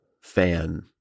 fan